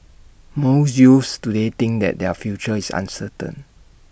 most youths today think that their future is uncertain